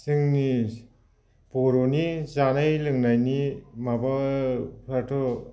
जोंनि बर'नि जानाय लोंनायनि माबाफ्राथ'